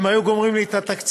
והם היו גומרים לי את התקציב,